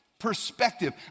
perspective